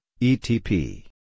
ETP